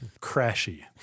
Crashy